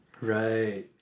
Right